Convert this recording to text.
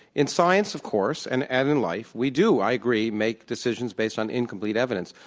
in science, of course, and and in life, we do, i agree, make decisions based on incomplete evidence.